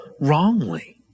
wrongly